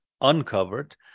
uncovered